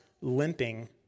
limping